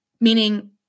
meaning